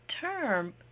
term